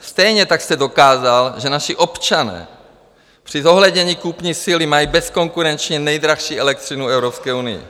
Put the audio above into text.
Stejně tak jste dokázal, že naši občané při zohlednění kupní síly mají bezkonkurenčně nejdražší elektřinu v Evropské unii.